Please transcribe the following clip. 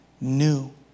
new